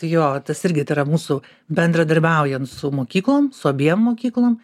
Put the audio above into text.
jo tas irgi tai yra mūsų bendradarbiaujant su mokyklom su abiem mokyklom